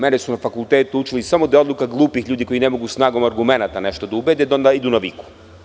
Mene su na fakultetu učili da je samo odlika glupih ljudi koji ne mogu snagom argumenata u nešto da ubede, da onda idu na viku.